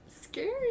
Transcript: Scary